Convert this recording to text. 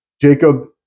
Jacob